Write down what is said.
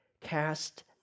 cast